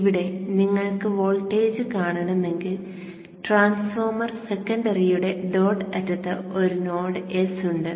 ഇവിടെ നിങ്ങൾക്ക് വോൾട്ടേജ് കാണണമെങ്കിൽ ട്രാൻസ്ഫോർമർ സെക്കൻഡറിയുടെ ഡോട്ട് അറ്റത്ത് ഒരു നോഡ് S ഉണ്ട്